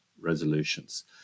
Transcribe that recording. resolutions